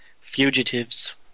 fugitives